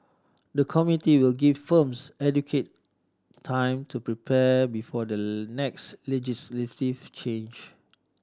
the committee will give firms adequate time to prepare before the next change